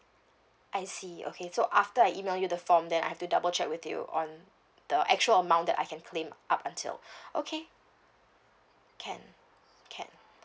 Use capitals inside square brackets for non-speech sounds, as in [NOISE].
I see okay so after I email you the form then I have to double check with you on the actual amount that I can claim up until [BREATH] okay can can